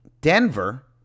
Denver